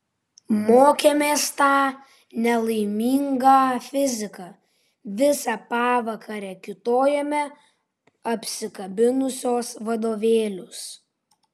mokėmės tą nelaimingą fiziką visą pavakarę kiūtojome apsikabinusios vadovėlius